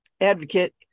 advocate